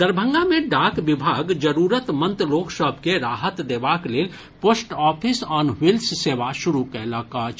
दरभंगा मे डाक विभाग जरूरतमंद लोक सभ के राहत देबाक लेल पोस्ट ऑफिस ऑन व्हील्स सेवा शुरू कयलक अछि